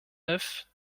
neuf